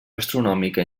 astronòmica